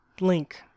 link